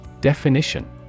Definition